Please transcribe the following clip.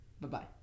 Bye-bye